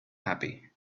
happy